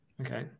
Okay